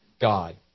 God